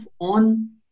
on